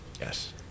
Yes